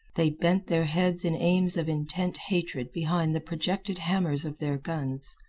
they bent their heads in aims of intent hatred behind the projected hammers of their guns.